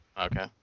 Okay